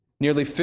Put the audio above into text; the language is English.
Nearly